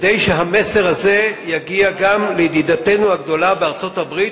כדי שהמסר הזה יגיע גם לידידתנו הגדולה ארצות-הברית,